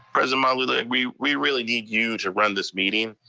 president malauulu, we we really need you to run this meeting,